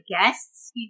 guests